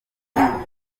kigo